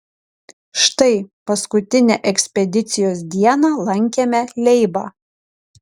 štai paskutinę ekspedicijos dieną lankėme leibą